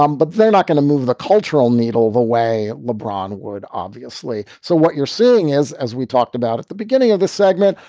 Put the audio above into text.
um but they're not going to move the cultural needle the way lebron would, obviously. so what you're seeing is, as we talked about at the beginning of the segment,